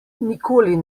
nikoli